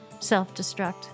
self-destruct